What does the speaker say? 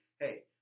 hey